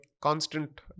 constant